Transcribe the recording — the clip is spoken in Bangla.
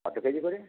কতো কেজি করে